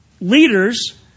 leaders